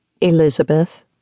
Elizabeth